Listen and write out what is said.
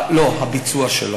לא, הביצוע שלה.